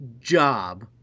job